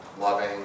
loving